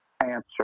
answer